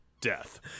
death